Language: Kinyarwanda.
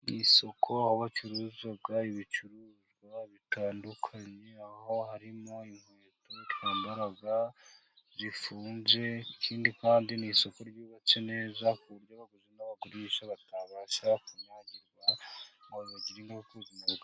Ku isoko aho bacuruza ibicuruzwa bitandukanye. Aho harimo inkweto twambara zifunze. ikindi kandi ni isoko ryubatse neza ku buryo abaguzi n'abagurisha batabasha kunyagirwa ngo bibagire nk'inkoko zo mu rugo